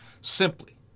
simply